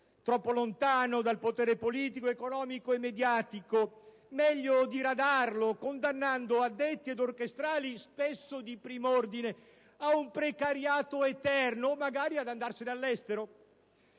troppo lontano dal potere politico, economico e mediatico. Meglio diradarlo, condannando addetti ed orchestrali, spesso di prim'ordine, a un precariato eterno, o magari ad andarsene all'estero.